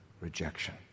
rejection